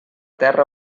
terra